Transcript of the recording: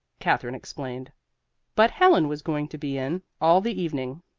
katherine explained but helen was going to be in all the evening.